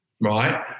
Right